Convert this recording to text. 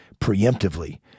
preemptively